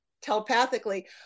telepathically